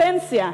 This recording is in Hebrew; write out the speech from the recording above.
הפנסיה,